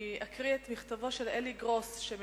אני אקריא את מכתבו של אלי גרוס מיום כינונה של הממשלה,